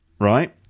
Right